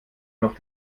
noch